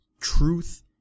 truth